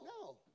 No